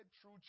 true